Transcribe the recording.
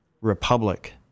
republic